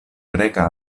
greka